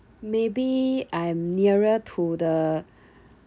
maybe I'm nearer to the